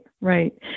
right